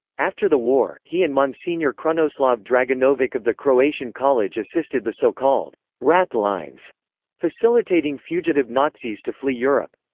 after the war, he and msgr krunoslav draganovic of the croatian college assisted the so-called ratlines facilitating fugitive nazis to flee europe.